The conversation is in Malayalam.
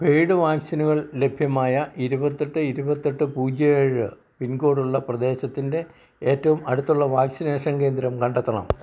പെയ്ഡ് വാക്സിനുകൾ ലഭ്യമായ ഇരുപത്തെട്ട് ഇരുപത്തെട്ട് പൂജ്യം ഏഴ് പിൻകോഡ് ഉള്ള പ്രദേശത്തിൻ്റെ ഏറ്റവും അടുത്തുള്ള വാക്സിനേഷൻ കേന്ദ്രം കണ്ടെത്തണം